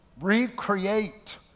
Recreate